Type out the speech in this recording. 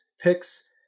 picks